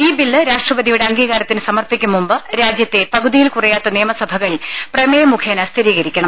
ഈ ബില്ല് രാഷ്ട്രപതിയുടെ അംഗീകാരത്തിന് സമർപ്പിക്കും മുമ്പ് രാജ്യത്തെ പകുതിയിൽ കുറയാത്ത നിയമസ ഭകൾ പ്രമേയം മുഖേന സ്ഥിരീകരിക്കണം